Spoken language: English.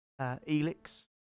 Elix